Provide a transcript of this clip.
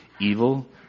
evil